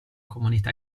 comunità